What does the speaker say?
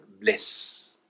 bless